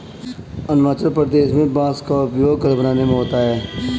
अरुणाचल प्रदेश में बांस का उपयोग घर बनाने में होता है